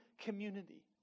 community